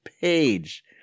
page